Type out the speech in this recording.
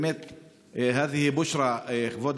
(אומר בערבית: זו בשורה, כבוד